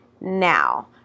now